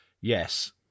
yes